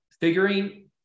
figuring